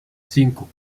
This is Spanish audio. cinco